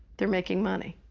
they're making money.